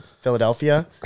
Philadelphia